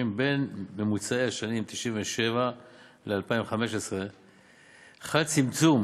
בין ממוצעי השנים 1997 ל-2015 חל צמצום